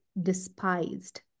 despised